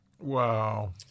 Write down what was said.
Wow